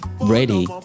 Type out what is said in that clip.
ready